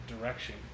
direction